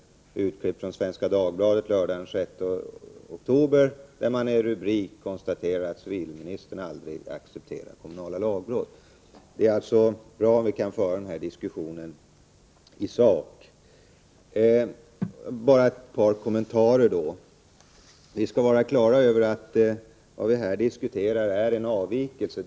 Jag har ett urklipp från Svenska Dagbladet lördagen den 6 oktober, där det i rubriken över en artikel om min inställning konstateras: ”Accepterar aldrig kommunalt lagbrott.” Det är alltså bra om vi här kan föra en saklig debatt. Jag vill göra ett par kommentarer. Vi skall vara klara över att vad vi här diskuterar är en avvikelse.